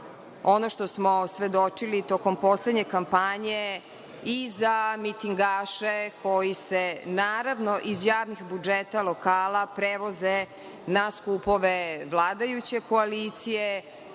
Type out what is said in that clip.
ono što smo svedočili tokom poslednje kampanje i za mitingaše koji se, naravno, iz javnih budžeta lokala prevoze na skupove vladajuće koalicije,